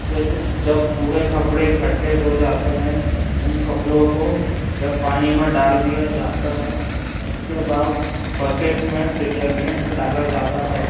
फिर जब पूरे कपड़े इकट्टे हो जाते हैं उन कपड़ों को जब पानी में डाल दिया जाता है उसके बाद बकेट में डिटर्जेंट डाला जाता है